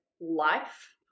life